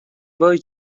وای